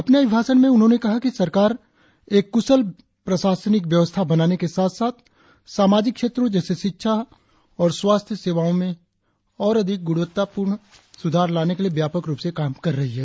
अपने अभीभाषण में उन्होंने कहा कि सरकार एक कुशल प्रशासन व्यवस्था बनाने के साथ साथ सामाजिक क्षेत्रों जैसे शिक्षा और स्वास्थ्य सेवाओं में और अधिक गुणवत्तापूर्ण सुधार लाने के लिए व्यापक रुप से काम कर रही है